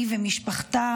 היא ומשפחתה,